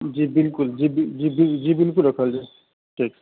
जी बिल्कुल जी बिल्कुल रखल जाए ठीक